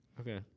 Okay